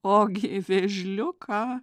ogi vėžliuką